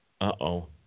Uh-oh